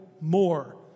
more